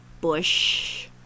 Bush